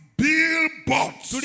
billboards